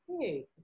hey